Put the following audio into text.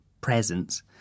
presence